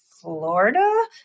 Florida